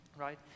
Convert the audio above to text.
right